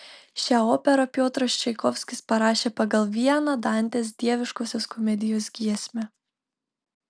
šią operą piotras čaikovskis parašė pagal vieną dantės dieviškosios komedijos giesmę